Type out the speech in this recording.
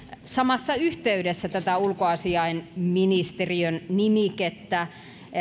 samassa yhteydessä tätä ulkoasiainministeriön nimikettä